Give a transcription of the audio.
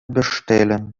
bestellen